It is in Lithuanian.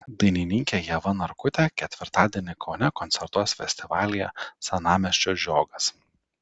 dainininkė ieva narkutė ketvirtadienį kaune koncertuos festivalyje senamiesčio žiogas